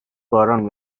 باران